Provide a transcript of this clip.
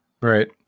Right